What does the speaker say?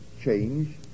change